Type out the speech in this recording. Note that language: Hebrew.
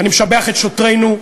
אני משבח את שוטרינו,